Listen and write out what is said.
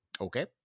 Okay